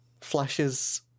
flashes